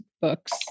books